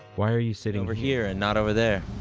why are you sitting over here and not over there?